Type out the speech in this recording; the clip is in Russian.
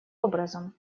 образом